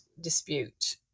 dispute